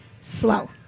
slow